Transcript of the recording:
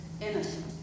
innocent